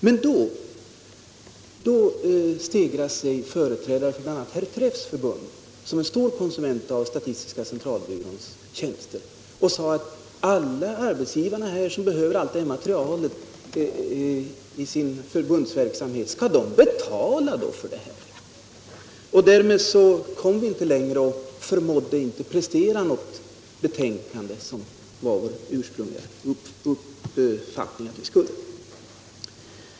Men då stegrade sig företrädare för bl.a. herr Träffs förbund, som är en stor konsument av statistiska centralbyråns tjänster, och frågade: Skall alla arbetsgivare som behöver allt det här materialet för sitt förbunds verksamhet betala för det? Därmed kom vi inte längre och förmådde inte prestera något betänkande, vilket ursprungligen varit vår avsikt.